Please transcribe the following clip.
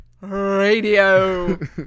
Radio